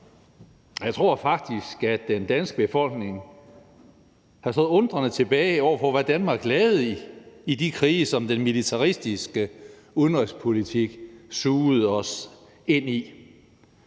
Jeg tror faktisk, at den danske befolkning har stået undrende tilbage, i forhold til hvad Danmark lavede i de krige, som den militaristiske udenrigspolitik sugede os ind i.